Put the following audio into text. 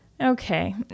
Okay